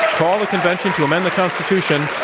call a convention to amend the constitution,